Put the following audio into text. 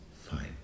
fine